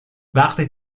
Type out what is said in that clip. وقتی